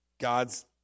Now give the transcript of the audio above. God's